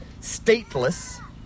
stateless